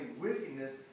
wickedness